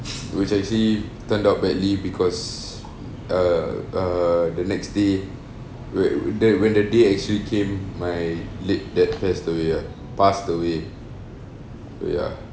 which actually turned out badly because uh uh the next day where that when the day actually came my late dad passed away ah passed away ya